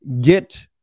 get